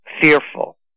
fearful